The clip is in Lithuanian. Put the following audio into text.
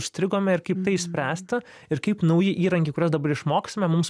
užstrigome ir kaip tai išspręsti ir kaip nauji įrankiai kuriuos dabar išmoksime mums